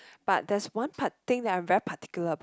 but there's one part thing that I'm very particular about